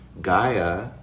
Gaia